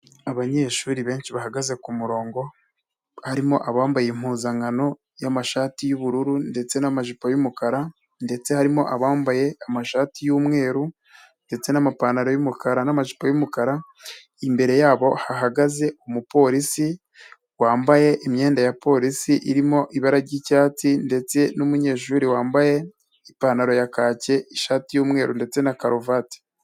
Abanyeshuri benshi bahagaze kumurongo, harimo abambaye impuzankano yamashati y'ubururu ndetse n'amajipo y'umukara, ndetse harimo abambaye amashati y'umweru ndetse n'amapantaro y'umukara n'amajipo y'umukara. Imbere yabo hahagaze umupolisi wambaye imyenda ya polisi irimo ibara ry'icyatsi, ndetse n'umunyeshuri wambaye ipantaro ya kake, ishati y'umweru ndetse na karuvati.